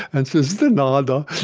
and says, de nada.